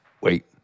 Wait